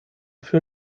für